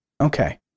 Okay